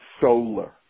solar